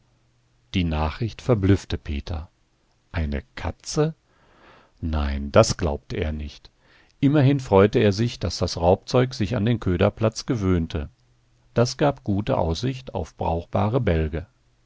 die nachricht verblüffte peter eine katze nein das glaubte er nicht immerhin freute er sich daß das raubzeug sich an den köderplatz gewöhnte das gab gute aussicht auf brauchbare bälge